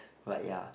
but ya